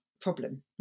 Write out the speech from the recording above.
problem